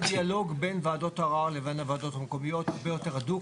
הדיאלוג בין וועדות ערר לבין וועדות מקומיות הוא הרבה יותר הדוק,